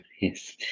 Yes